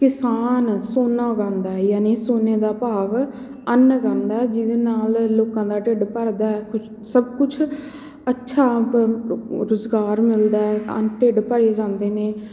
ਕਿਸਾਨ ਸੋਨਾ ਉਗਾਉਂਦਾ ਹੈ ਯਾਨੀ ਸੋਨੇ ਦਾ ਭਾਵ ਅੰਨ ਉਗਾਉਂਦਾ ਹੈ ਜਿਹਦੇ ਨਾਲ ਲੋਕਾਂ ਦਾ ਢਿੱਡ ਭਰਦਾ ਹੈ ਕੁਝ ਸਭ ਕੁਛ ਅੱਛਾ ਰੁਜ਼ਗਾਰ ਮਿਲਦਾ ਹੈ ਅੰਨ ਢਿੱਡ ਭਰੀ ਜਾਂਦੇ ਨੇ